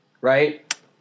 right